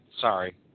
Sorry